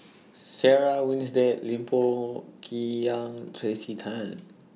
Sarah Winstedt Lim Pong Kim Yang Tracey Tan